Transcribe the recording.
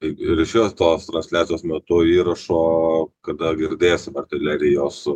ir iš jo tos transliacijos metu įrašo kada girdėsim artilerijos